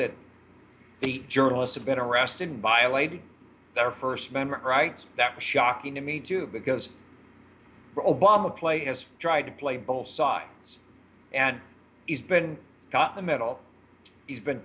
that the journalists have been arrested and violated their first memory rights that was shocking to me too because for obama play has dried to play both sides and he's been caught in the middle he's been